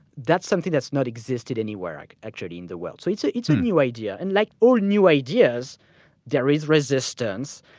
that's something that's not existed anywhere like actually in the world. so it's ah a new idea and like all new ideas there is resistance,